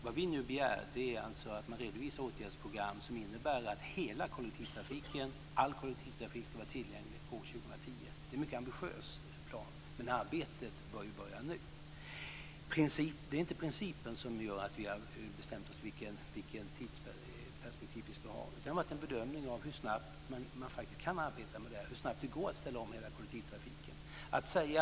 Vad vi begär är att man redovisar åtgärdsprogram som innebär att all kollektivtrafik ska vara tillgänglig år 2010. Det är en mycket ambitiös plan, men arbetet bör börja nu. Det är inte principen som gör att vi har bestämt oss för vilket tidsperspektiv vi ska ha, utan det har varit en bedömning av hur snabbt det går att ställa om hela kollektivtrafiken.